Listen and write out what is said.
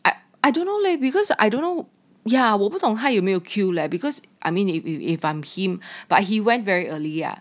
I I dunno leh because I don't know yeah we'll 不懂看有没有 queue leh because I mean if if if I'm him but he went very early ah